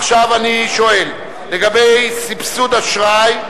עכשיו אני שואל: לגבי סבסוד אשראי,